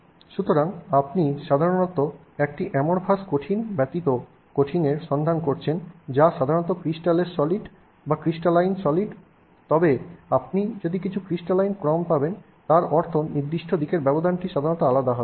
সুতরাং সাধারণত আপনি একটি এমরফাস কঠিন ব্যতীত কঠিনের সন্ধান করছেন যা সাধারণত ক্রিস্টালের সলিড তবে আপনি কিছু ক্রিস্টালাইন ক্রম পাবেন যার অর্থ নির্দিষ্ট দিকের ব্যবধানটি সাধারণত আলাদা হবে